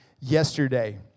yesterday